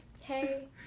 Hey